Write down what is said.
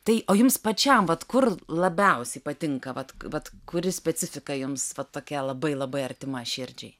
tai o jums pačiam vat kur labiausiai patinka vat vat kuri specifika jums va tokia labai labai artima širdžiai